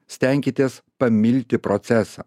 stenkitės pamilti procesą